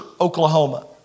Oklahoma